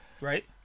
right